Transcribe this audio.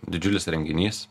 didžiulis renginys